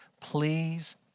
Please